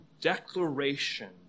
declaration